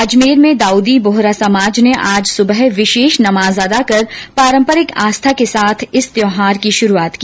अजमेर में दाऊदी बोहरा समाज ने आज सुबह विशेष नमाज अदा कर पारम्परिक आस्था के साथ इस त्योहार की शुरूआत की